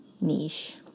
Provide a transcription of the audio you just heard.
niche